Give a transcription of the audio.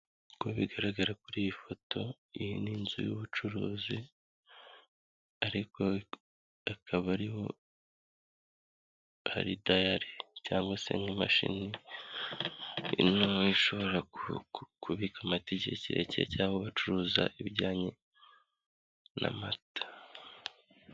Uko bigaragara kuri iyi foto, iyi ni inzu y'ubucuruzi ariko akaba ari ho hari dayari cyangwa se nk'imashini ishobora kubika amata igihe kirekire cyangwa bacuruza ibijyanye n'amata.